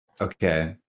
Okay